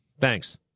Thanks